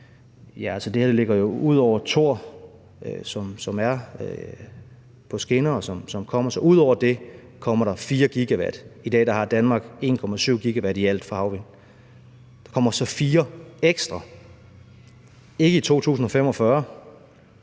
her ligger jo ud over Thorprojektet, som er på skinner, og som kommer. Så ud over det kommer der 4 GW. I dag har Danmark 1,7 GW i alt fra havvind. Der kommer så 4 ekstra, ikke i 2045,